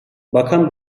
bakan